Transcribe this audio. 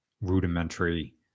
rudimentary